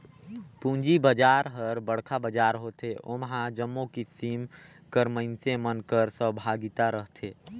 पूंजी बजार हर बड़खा बजार होथे ओम्हां जम्मो किसिम कर मइनसे मन कर सहभागिता रहथे